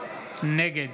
נגד